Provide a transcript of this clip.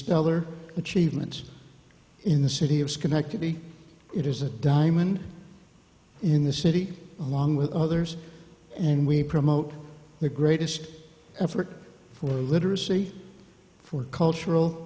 stellar achievements in the city of schenectady it is a diamond in the city along with others and we promote the greatest effort for literacy for cultural